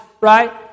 right